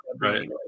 right